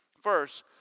First